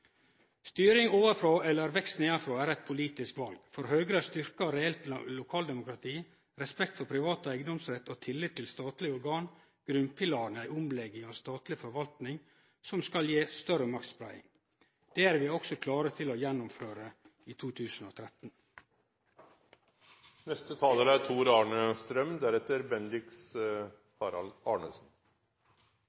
Styring ovanfrå eller vekst nedanfrå er eit politisk val. For Høgre er styrkt, reelt lokaldemokrati, respekt for privat eigedomsrett og tillit til statlege organ grunnpilarane i ei omlegging av statleg forvaltning som skal gje større maktspreiing. Det er vi også klare til å gjennomføre i